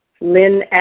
Lynn